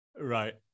right